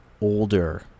older